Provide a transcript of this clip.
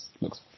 looks